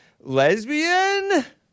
Lesbian